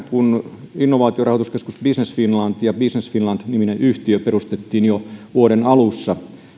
kun innovaatiorahoituskeskus business finland ja business finland niminen yhtiö perustettiin jo vuoden alussa